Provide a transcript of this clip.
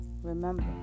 Remember